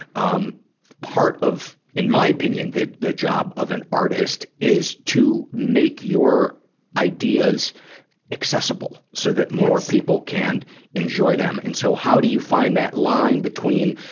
um part of, in my opinion, the, the job of an artist, is to make your ideas accessible so that more people can enjoy them. and so, how do you find that line between,